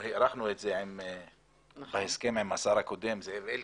שהארכנו עם השר הקודם זאב אלקין.